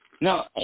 No